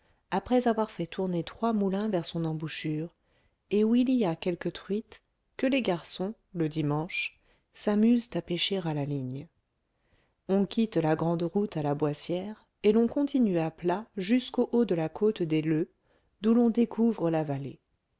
après avoir fait tourner trois moulins vers son embouchure et où il y a quelques truites que les garçons le dimanche s'amusent à pêcher à la ligne on quitte la grande route à la boissière et l'on continue à plat jusqu'au haut de la côte des leux d'où l'on découvre la vallée